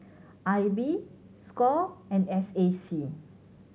I B score and S A C